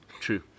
True